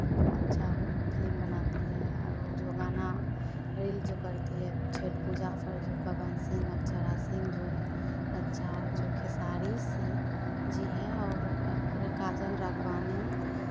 अच्छा फिल्म बनाती है और वो जो गाना रील जो करती है छठ पूजा पर जो पवन सिंह अक्षरा सिंह जो है अच्छा और जो खेसारी सि जी है और वो काजल राघवानी